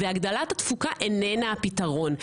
והגדלת התפוקה איננה הפתרון.